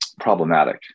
problematic